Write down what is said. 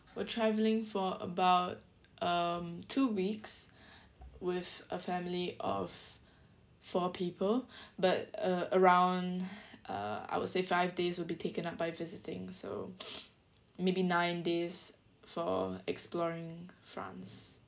we'll travelling for about um two weeks with a family of four people but uh around uh I would say five days will be taken up by visiting so maybe nine days for exploring france